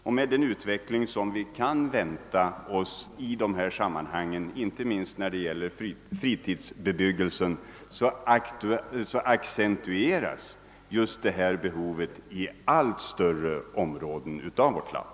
Och med den utveckling som vi kan vänta oss i detta sammanhang, inte minst när det gäller fritidsbebyggelsen, accentueras just detta behov inom allt större områden av vårt land.